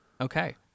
okay